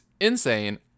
insane